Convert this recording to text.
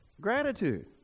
gratitude